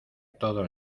todo